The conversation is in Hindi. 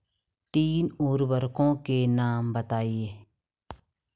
तीन उर्वरकों के नाम?